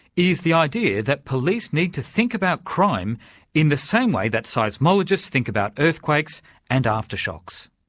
is the idea that police need to think about crime in the same way that seismologists think about earthquakes and after-shocks.